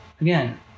Again